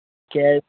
کیٛازِ